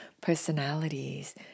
personalities